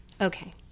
Okay